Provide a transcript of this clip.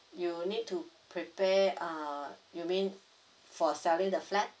you need to prepare uh you mean for selling the flat